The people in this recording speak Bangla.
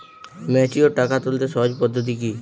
ম্যাচিওর টাকা তুলতে সহজ পদ্ধতি কি?